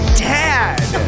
dad